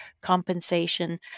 compensation